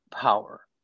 power